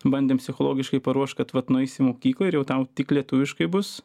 bandėm psichologiškai paruošt kad vat nueisi į mokyklą ir jau tau tik lietuviškai bus